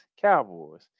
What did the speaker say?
Cowboys